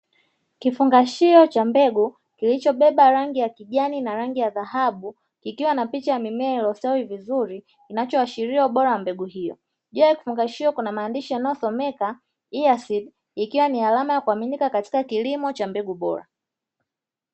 Kifungashio cha mbegu kilichobeba rangi ya kijani na rangi ya dhahabu ikiwa na picha ya mimea iliyostawi vizuri inachoashiria ubora wa mbegu hiyo, juu ya kifungashio kuna maandishi yanayosomeka "EA seed" ikiwa ni alama ya kuaminika katika kilimo cha mbegu bora.